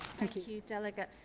thank you, delegate.